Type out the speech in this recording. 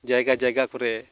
ᱡᱟᱭᱜᱟᱼᱡᱟᱭᱜᱟ ᱠᱚᱨᱮ